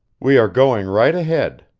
we are going right ahead.